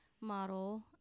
model